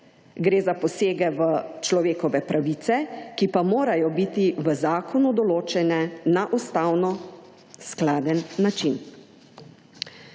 Gre za posege v človekove pravice, ki pa morajo biti v zakonu določene na ustavno skladen način.